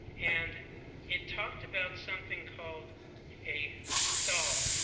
and it talked about something called a star,